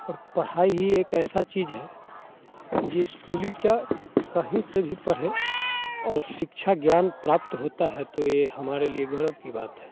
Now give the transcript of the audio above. और पढ़ाई ही एक ऐसा चीज है जे स्कूली क्या कहीं से भी पढ़े और शिक्षा ज्ञान प्राप्त होता है तो ये हमारे लिए गौरव की बात है